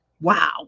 wow